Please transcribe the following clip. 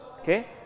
okay